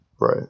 right